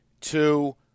Two